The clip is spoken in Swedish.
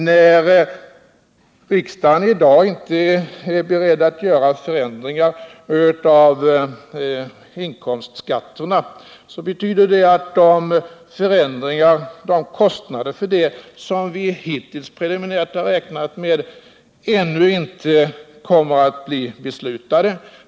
När riksdagen i dag inte är beredd att göra förändringar av inkomstskatterna betyder det att de kostnader härför som vi hittills preliminärt har räknat med ännu inte kommer att bli beslutade.